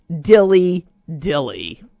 dilly-dilly